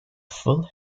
full